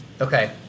Okay